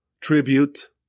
tribute